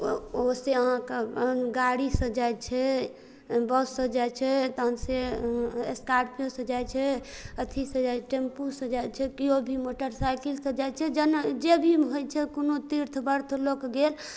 ओ ओ से अहाँके गाड़ीसँ जाइ छै बससँ जाइ छै तहन से स्कारपियोसँ जाइ छै अथीसँ जाइ टेम्पूसँ जाइ छै केओ भी मोटरसाइकिलसँ जाइ छै जेना जे भी होइ छै कोनो तीर्थ बर्थ लोक गेल